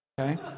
Okay